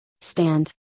stand